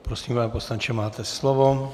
Prosím, pane poslanče, máte slovo.